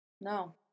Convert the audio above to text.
No